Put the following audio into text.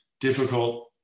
difficult